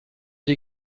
die